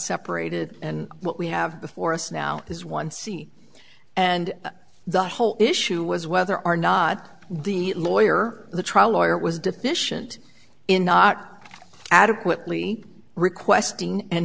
separated and what we have before us now is one scene and the whole issue was whether or not the lawyer the trial lawyer was deficient in not adequately requesting an